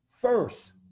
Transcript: first